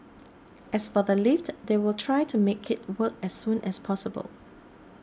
as for the lift they will try to make it work as soon as possible